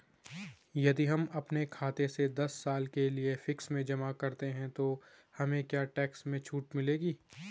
यदि हम अपने खाते से दस साल के लिए फिक्स में जमा करते हैं तो हमें क्या टैक्स में छूट मिलेगी?